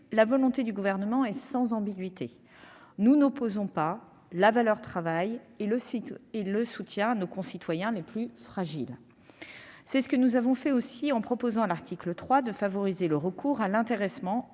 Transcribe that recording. la volonté du Gouvernement est sans ambiguïté : nous n'opposons pas la valeur travail au soutien à nos concitoyens les plus fragiles. Nous avons ainsi proposé, à l'article 3, de favoriser le recours à l'intéressement,